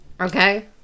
Okay